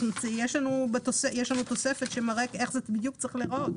יש לנו תוספת שמראה איך זה צריך להיראות.